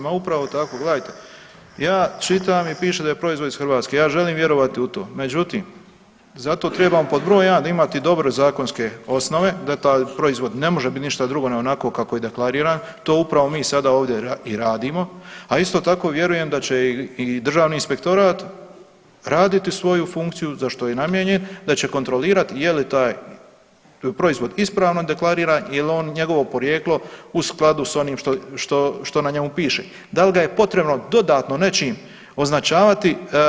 Ma upravo tako, gledajte ja čitam i piše da je proizvod iz Hrvatske ja želim vjerovati u to, međutim zato trebamo pod broj jedan dobre zakonske osnove da taj proizvod ne može bit ništa drugo nego onako kako je deklariran, to mi upravo sada ovdje i radimo, a isto tako vjerujem da će i državni inspektorat raditi svoju funkciju za što je i namijenjen, da će kontrolirat je li taj proizvod ispravno deklariran jel njegovo porijeklo u skladu s onim što na njemu piše, dal ga je potrebno dodatno nečim označavati.